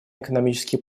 экономических